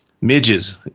midges